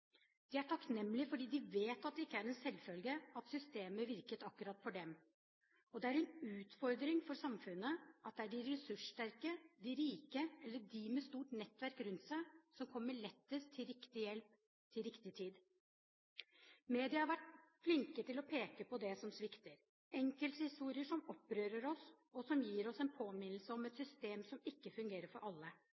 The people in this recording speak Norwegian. De er takknemlige fordi de vet at det ikke er en selvfølge at systemet virket akkurat for dem. Det er en utfordring for samfunnet at det er de ressurssterke, de rike eller de med stort nettverk rundt seg som kommer lettest til riktig hjelp til riktig tid. Media har vært flink til å peke på det som svikter – enkelthistorier som opprører oss, og som gir oss en påminnelse om et